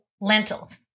lentils